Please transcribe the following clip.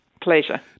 Pleasure